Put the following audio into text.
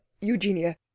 Eugenia